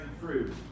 fruit